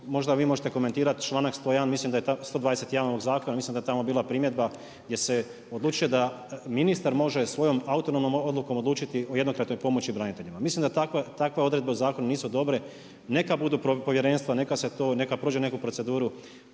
možda vi možete komentirati članak 121. ovog zakona, mislim da je tamo bila primjedba gdje se odlučuje da ministar može svojom autonomnom odlukom odlučiti o jednokratnoj pomoći braniteljima. Mislim da takve odredbe u zakonu nisu dobre, neka budu povjerenstva, neka prođe neku proceduru,